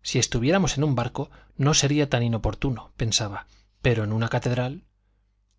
si estuviéramos en un barco no sería tan inoportuno pensaba pero en una catedral